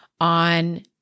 on